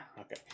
okay